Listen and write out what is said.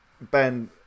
Ben